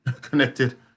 connected